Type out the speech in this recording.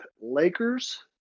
Lakers